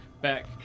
back